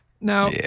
Now